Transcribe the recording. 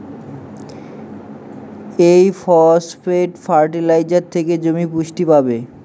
এই phosphate fertiliser থেকে জমি পুষ্টি পাবে